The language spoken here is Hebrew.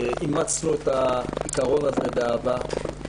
אימצנו את העיקרון הזה באהבה.